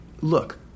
look